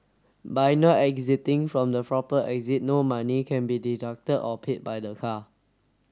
by not exiting from the proper exit no money can be deducted or paid by the car